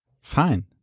Fine